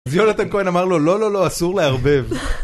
אז יונתן כהן אמר לו לא לא לא אסור לערבב.